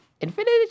infinity